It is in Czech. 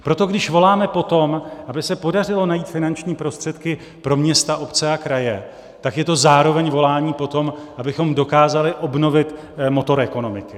Proto když voláme po tom, aby se podařilo najít finanční prostředky pro města, obce a kraje, je to zároveň volání po tom, abychom dokázali obnovit motor ekonomiky.